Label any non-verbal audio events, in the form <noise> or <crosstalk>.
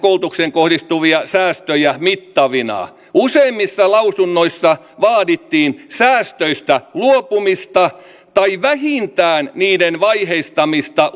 <unintelligible> koulutukseen kohdistuvia säästöjä mittavina useimmissa lausunnoissa vaadittiin säästöistä luopumista tai vähintään niiden vaiheistamista <unintelligible>